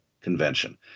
convention